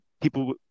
people